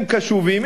הם קשובים,